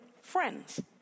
friends